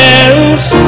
else